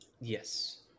Yes